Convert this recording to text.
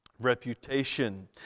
reputation